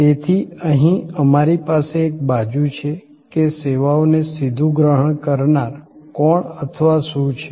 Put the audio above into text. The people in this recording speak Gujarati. તેથી અહીં અમારી પાસે એક બાજુ છે કે સેવાને સીધું ગ્રહણ કરનાર કોણ અથવા શું છે